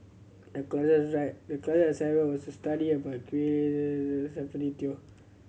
the class the class assignment was to study about Gwee Teo